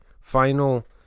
final